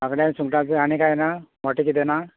बांगडे सुंगटांच आनी कितें ना मोटें कितें ना